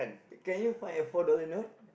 can you find a four dollar note